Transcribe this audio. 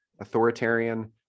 authoritarian